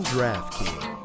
DraftKings